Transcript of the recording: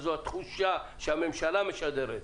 וזו התחושה שהממשלה משדרת.